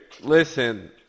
listen